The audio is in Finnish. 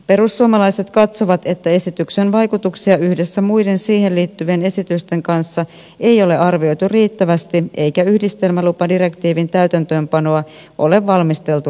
perussuomalaiset katsovat että esityksen vaikutuksia yhdessä muiden siihen liittyvien esitysten kanssa ei ole arvioitu riittävästi eikä yhdistelmälupadirektiivin täytäntöönpanoa ole valmisteltu riittävästi